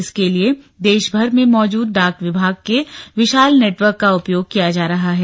इसके लिए देशभर में मौजूद डाक विभाग के विशाल नेटवर्क का उपयोग किया जा रहा है